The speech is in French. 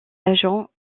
agents